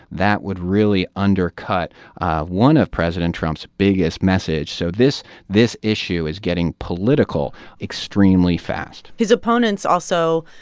that would really undercut one of president trump's biggest message, so this this issue is getting political extremely fast his opponents also,